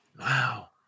Wow